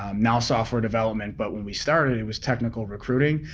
um now software development, but when we started it was technical recruiting,